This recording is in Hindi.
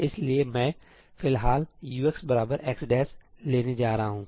इसलिए मैं फिलहाल Ux x लेने जा रहा हूं